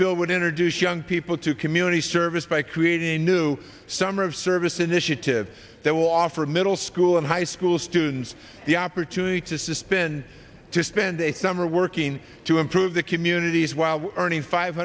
would introduce young people to community service by creating a new summer of service initiative that will offer middle school and high school students the opportunity to spend to spend a summer working to improve their communities while earning five